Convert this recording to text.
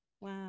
Wow